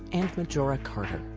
and majora carter.